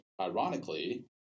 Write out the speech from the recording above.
ironically